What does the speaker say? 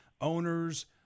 owners